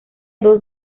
dos